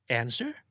answer